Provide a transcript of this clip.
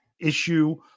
issue